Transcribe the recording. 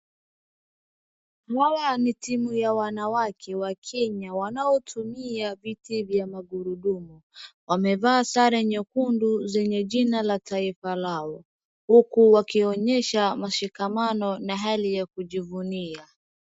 Hawa ni timu ya wanawake wa Kenya wanaotumia viti vya magurudumu. Wamevaa sare nyekundu zenye jina la taifa lao huku wakionyesha mshikamano na hali ya kujivunia.